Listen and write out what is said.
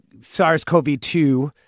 SARS-CoV-2